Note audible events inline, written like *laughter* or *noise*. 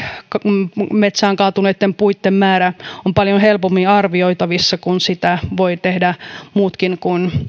metsään kaatuneitten puitten määrä *unintelligible* *unintelligible* *unintelligible* *unintelligible* *unintelligible* *unintelligible* *unintelligible* ovat paljon helpommin arvioitavissa kun sitä voivat tehdä muutkin kuin